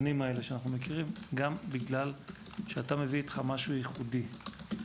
שנים ויודעים שאתה מביא איתך משהו ייחודי,